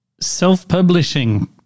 self-publishing